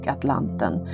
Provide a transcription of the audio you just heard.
Atlanten